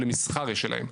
ולמסחר יש את שלהם.